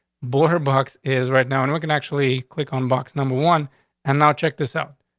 border box is right now and we can actually click on box number one and now check this out.